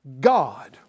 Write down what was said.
God